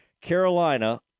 Carolina